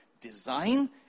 design